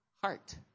heart